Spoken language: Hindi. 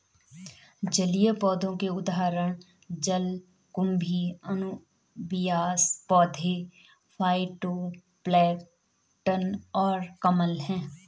जलीय पौधों के उदाहरण जलकुंभी, अनुबियास पौधे, फाइटोप्लैंक्टन और कमल हैं